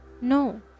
no